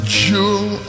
jewel